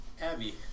Abby